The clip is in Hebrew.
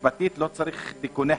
משפטית, לא צריך תיקוני חקיקה?